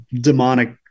demonic